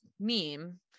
meme